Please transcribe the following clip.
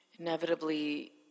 Inevitably